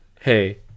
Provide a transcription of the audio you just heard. Hey